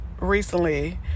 recently